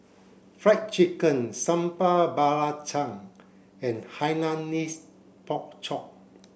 fried chicken Sambal Belacan and Hainanese pork chop